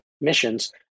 missions